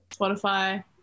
spotify